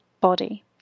body